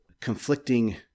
conflicting